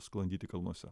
sklandyti kalnuose